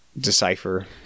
Decipher